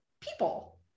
people